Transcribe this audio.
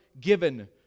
given